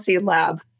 Lab